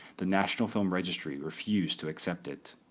the national film registry refused to accept it.